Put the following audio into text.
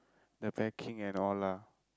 the packing and all lah